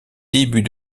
début